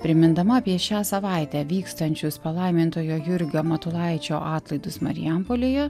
primindama apie šią savaitę vykstančius palaimintojo jurgio matulaičio atlaidus marijampolėje